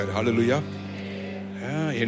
Hallelujah